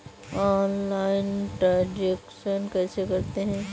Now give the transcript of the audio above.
Online transaction कैसे करते हैं?